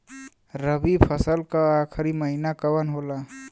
रवि फसल क आखरी महीना कवन होला?